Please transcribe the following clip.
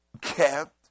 kept